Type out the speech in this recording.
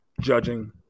judging